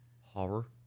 horror